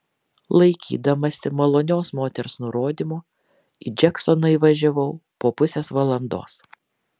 laikydamasi maloniosios moters nurodymų į džeksoną įvažiavau po pusės valandos